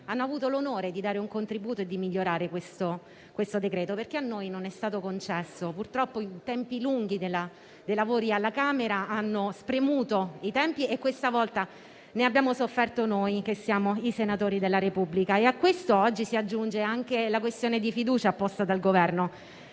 hanno avuto l'onore di dare un contributo e di migliorare questo decreto-legge, visto che a noi non è stato concesso. Purtroppo i tempi lunghi dei lavori alla Camera hanno contratto i nostri tempi e questa volta ne abbiamo sofferto noi, che siamo i senatori della Repubblica. A questo oggi si aggiunge anche la questione di fiducia posta dal Governo.